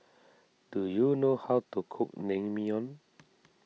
do you know how to cook Naengmyeon